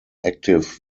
active